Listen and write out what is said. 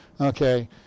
Okay